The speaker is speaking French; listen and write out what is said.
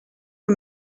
que